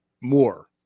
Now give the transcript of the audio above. more